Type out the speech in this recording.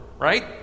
right